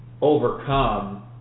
overcome